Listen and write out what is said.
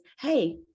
hey